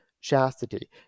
chastity